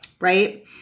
Right